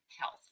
health